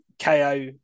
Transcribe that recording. KO